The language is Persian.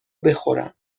بخورم